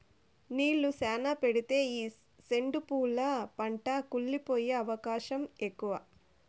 నీళ్ళు శ్యానా పెడితే ఈ సెండు పూల పంట కుళ్లి పోయే అవకాశం ఎక్కువ